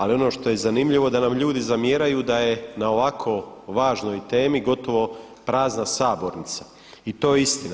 Ali ono što je zanimljivo da nam ljudi zamjeraju da je na ovako važnoj temi gotovo prazna sabornica i to je istina.